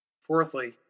Fourthly